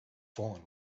fallen